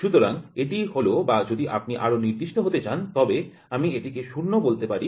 সুতরাং এটি হল বা যদি আপনি আরও নির্দিষ্ট হতে চান তবে আমি এটিকে ০ বলতে পারি